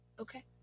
Okay